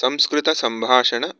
संस्कृतसम्भाषण